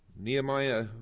Nehemiah